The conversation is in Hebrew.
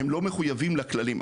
הם לא מחויבים לכללים.